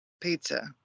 pizza